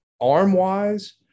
Arm-wise